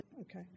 Okay